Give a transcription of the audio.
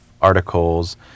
articles